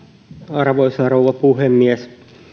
arvoisa rouva puhemies